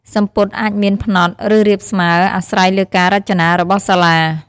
សំពត់អាចមាន ផ្នត់ ឬរាបស្មើ អាស្រ័យលើការរចនារបស់សាលា។